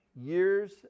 years